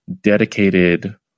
dedicated